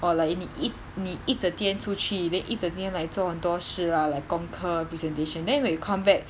orh like 你一你一整天出去 then 一整天 like 做很多事 ah like 功课 presentation then when you come back